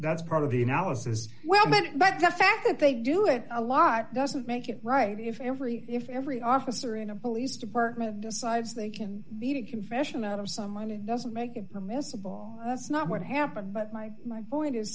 that's part of the analysis well maybe but the fact that they do it a lot doesn't make it right if every if every officer in a police department decides they can beat a confession out of someone it doesn't make it permissible that's not what happened but my my point is